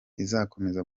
izakomeza